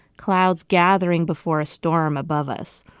clouds gathering before a storm above us,